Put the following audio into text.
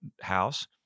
house